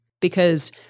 because-